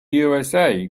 usa